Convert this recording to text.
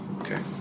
Okay